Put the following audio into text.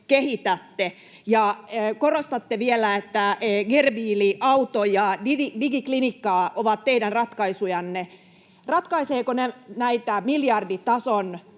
kehitätte, ja korostatte vielä, että GerBiili-auto ja digiklinikka ovat teidän ratkaisujanne. Ratkaisevatko ne näitä miljarditason